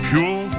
Pure